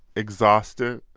exhausted,